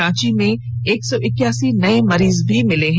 रांची में एक सौ इक्यासी नए मरीज मिले हैं